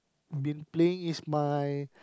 been playing is my